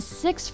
six